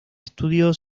estudió